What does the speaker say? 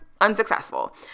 unsuccessful